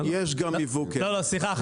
סליחה,